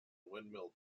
windmill